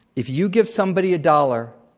if you give somebody a dollar,